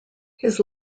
his